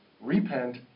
Repent